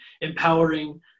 empowering